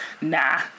nah